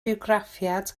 bywgraffiad